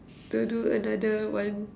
to do another one